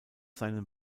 seinen